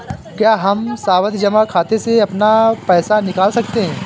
क्या हम सावधि जमा खाते से अपना पैसा निकाल सकते हैं?